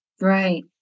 Right